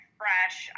fresh